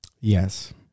Yes